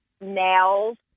nails